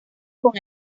con